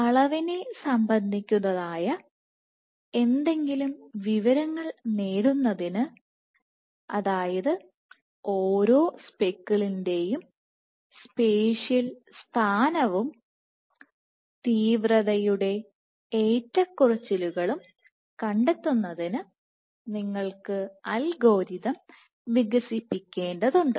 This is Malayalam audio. അളവിനെ സംബന്ധിക്കുന്നതായ ഏതെങ്കിലും വിവരങ്ങൾ നേടുന്നതിന് അതായത് ഓരോ സ്പെക്കിളിന്റെയും സ്പേഷ്യൽ സ്ഥാനവും തീവ്രതയുടെ ഏറ്റക്കുറച്ചിലുകളും കണ്ടെത്തുന്നതിന് നിങ്ങൾ അൽഗോരിതം വികസിപ്പിക്കേണ്ടതുണ്ട്